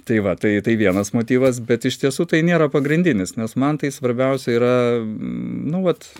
tai va tai tai vienas motyvas bet iš tiesų tai nėra pagrindinis nes man tai svarbiausia yra nu vat